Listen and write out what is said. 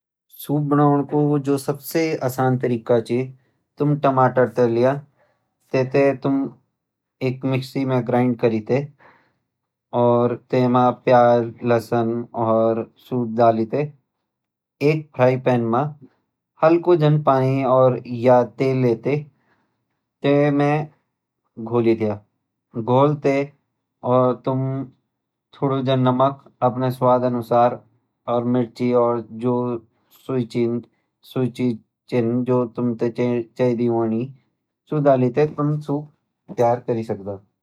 सूप बनोण कु जु सबसे आसान तरीका छ तुम टमारटर तै ल्या तै थैं तुम एक मिक्सी म ग्राइण्ड करी तैं और तै म प्याज लहसुन और सूप डाली तै एक फ्राईपैन म हल्कु जन पानी और य तेल ले तैं तै म घोली द्या घोल तैं और तुम थोडा जन नमक अपना स्वाद अनुसार और मिर्चि और जो सु चीज जो चेंदी होणी सु तुम डाली सकद।